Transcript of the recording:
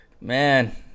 man